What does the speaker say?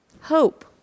Hope